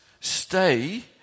stay